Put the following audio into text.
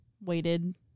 waited